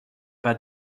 pas